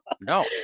No